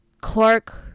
Clark